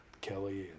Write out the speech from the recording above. Kelly